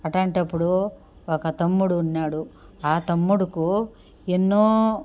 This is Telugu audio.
అట్లాంటప్పుడు ఒక తమ్ముడు ఉన్నాడు తమ్ముడుకు ఎన్నో